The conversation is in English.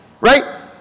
Right